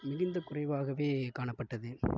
மிகுந்த குறைவாகவே காணப்பட்டது